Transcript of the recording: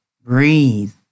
Breathe